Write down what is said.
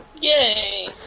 Yay